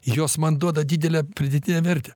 jos man duoda didelę pridėtinę vertę